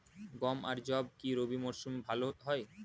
গম আর যব কি রবি মরশুমে ভালো হয়?